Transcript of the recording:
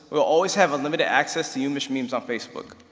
we'll always have unlimited access to new michigan memes on facebook.